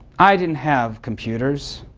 i didn't have computers.